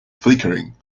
flickering